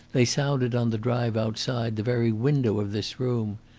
they sounded on the drive outside the very window of this room.